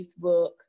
Facebook